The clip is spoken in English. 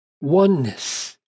oneness